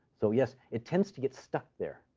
so yes, it tends to get stuck there,